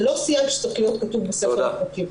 זה לא סייג שצריך להיות כתוב בספר החוקים.